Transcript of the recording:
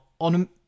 on